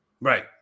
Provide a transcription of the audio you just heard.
Right